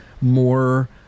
more